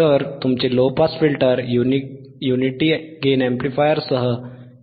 तर तुमचे low pass filter unity gain अॅम्प्लिफायरसह